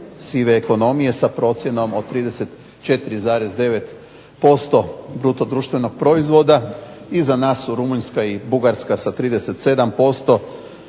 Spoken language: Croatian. sive ekonomije sa procjenom od 34,9% bruto društvenog proizvoda. Iza nas su Rumunjska i Bugarska sa 37%,